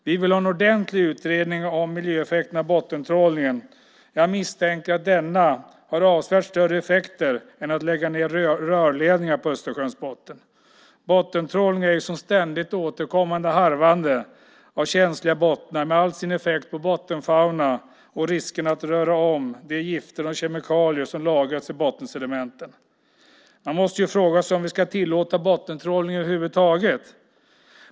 Vi vill ha en ordentlig utredning om miljöeffekterna av bottentrålningen. Jag misstänker att den är avsevärt större än effekterna av att lägga ned rörledningar på Östersjöns botten. Bottentrålning är ju som ett ständigt återkommande harvande av känsliga bottnar med all sin effekt på bottenfaunan och riskerna att röra om de gifter och kemikalier som lagrats i bottensedimenten. Man måste ju fråga sig om vi ska tillåta bottentrålning över huvud taget.